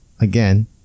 Again